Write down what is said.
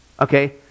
okay